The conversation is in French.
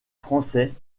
français